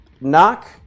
knock